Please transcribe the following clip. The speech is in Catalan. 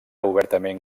obertament